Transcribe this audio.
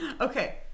Okay